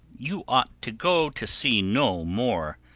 you ought to go to sea no more,